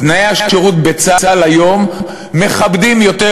תנאי השירות בצה"ל היום מכבדים יותר